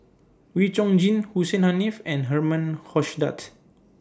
Wee Chong Jin Hussein Haniff and Herman Hochstadt